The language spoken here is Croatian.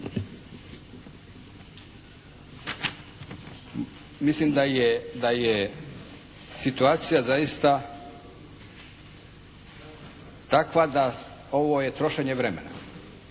Mislim da je situacija zaista takva da ovo je trošenje vremena.